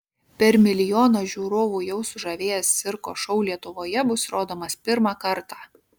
per milijoną žiūrovų jau sužavėjęs cirko šou lietuvoje bus rodomas pirmą kartą